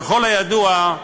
ככל הידוע,